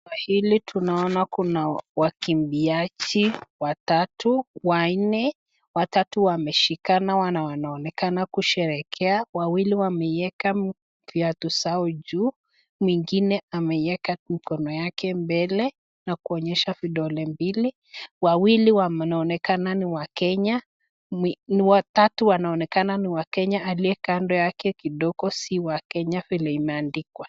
Eneo hili tunaona Kuna wakimbiaji , watatu , wanne. Watatu wameshikana, na wanaonekana kusherekea. Wawili wameiweka viatu zao juu, mwingine ameieka mkono yake mbele na kuonesha vidole mbili . Wawili wanaonekana ni wakenya. Ni watatu wanaonekana ni wakenya, aliye kando si wa Kenya vile imeandikwa